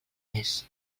més